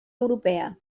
europea